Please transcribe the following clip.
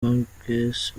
hughes